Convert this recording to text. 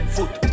Foot